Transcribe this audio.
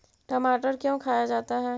टमाटर क्यों खाया जाता है?